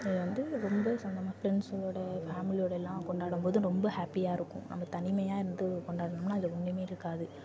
இது வந்து ரொம்ப சொந்தமாக ஃப்ரெண்ட்ஸோட ஃபேம்லியோட எல்லாம் கொண்டாடும்போது ரொம்ப ஹாப்பியாயிருக்கும் நம்ப தனிமையாக இருந்து கொண்டாடுனோம்ன்னால் அதில் ஒன்றுமே இருக்காது